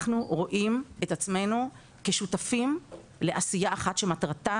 אנחנו רואים את עצמנו כשותפים לעשייה אחת שמטרתה